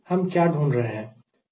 हम क्या ढूंढ रहे हैं